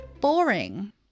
boring